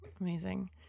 Amazing